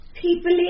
People